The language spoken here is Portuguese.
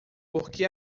porque